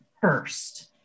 first